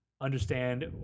understand